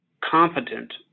competent